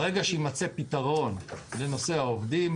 ברגע שיימצא פתרון לנושא העובדים,